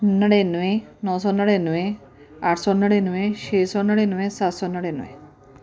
ਨੜਿਨਵੇਂ ਨੌ ਸੌ ਨੜਿਨਵੇਂ ਅੱਠ ਸੌ ਨੜਿਨਵੇਂ ਛੇ ਸੌ ਨੜਿਨਵੇਂ ਸੱਤ ਸੌ ਨੜਿਨਵੇਂ